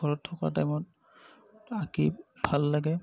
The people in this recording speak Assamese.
ঘৰত থকা টাইমত আঁকি ভাল লাগে